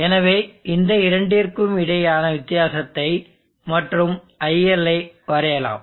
எனவே இந்த இரண்டிற்கும்க்கும் இடையிலான வித்தியாசத்தை மற்றும் ILஐ வரையலாம்